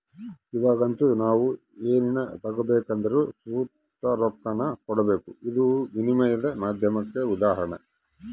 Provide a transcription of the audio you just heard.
ಇವಾಗಂತೂ ನಾವು ಏನನ ತಗಬೇಕೆಂದರು ಸುತ ರೊಕ್ಕಾನ ಕೊಡಬಕು, ಇದು ವಿನಿಮಯದ ಮಾಧ್ಯಮುಕ್ಕ ಉದಾಹರಣೆ